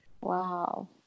Wow